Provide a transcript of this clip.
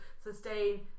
sustain